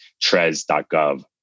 trez.gov